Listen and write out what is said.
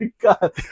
god